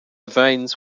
veins